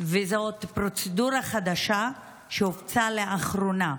וזאת פרוצדורה חדשה שהופצה לאחרונה.